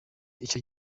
icyo